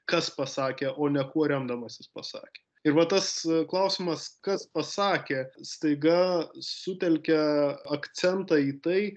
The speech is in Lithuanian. kas pasakė o ne kuo remdamasis pasakė ir va tas klausimas kas pasakė staiga sutelkia akcentą į tai